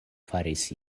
faris